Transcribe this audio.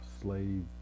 slave